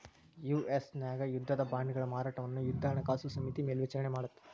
US ನ್ಯಾಗ ಯುದ್ಧದ ಬಾಂಡ್ಗಳ ಮಾರಾಟವನ್ನ ಯುದ್ಧ ಹಣಕಾಸು ಸಮಿತಿ ಮೇಲ್ವಿಚಾರಣಿ ಮಾಡತ್ತ